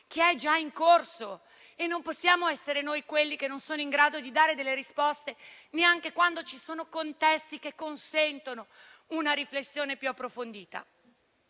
che è già in corso e non possiamo essere noi quelli che non sono in grado di dare delle risposte neanche quando ci sono contesti che consentono una riflessione più approfondita.